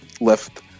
left